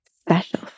special